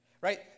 right